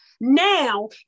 now